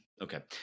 okay